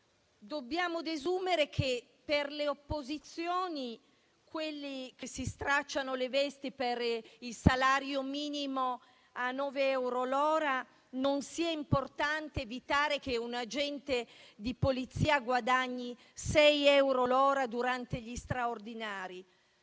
Dobbiamo desumere che per le opposizioni, quelli che si stracciano le vesti per il salario minimo a nove euro l'ora, non sia importante evitare che un agente di polizia guadagni sei euro l'ora durante gli straordinari.